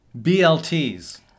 BLTs